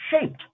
shaped